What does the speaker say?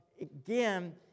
again